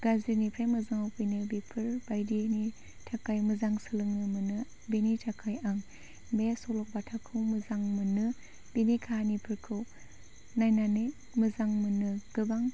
गाज्रिनिफ्राय मोजांआव फैनो बेफोरबायदिनि थाखाय मोजां सोलोंनो मोनो बेनि थाखाय आं बे सल'बाथाखौ मोजां मोनो बेनि खाहानिफोरखौ नायनानै मोजां मोनो गोबां